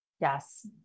Yes